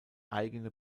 eigene